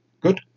Good